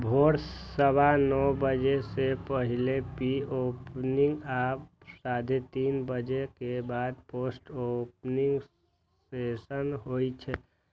भोर सवा नौ बजे सं पहिने प्री ओपनिंग आ साढ़े तीन बजे के बाद पोस्ट ओपनिंग सेशन होइ छै